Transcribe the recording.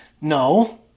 no